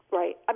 right